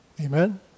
Amen